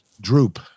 droop